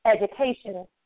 education